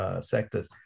sectors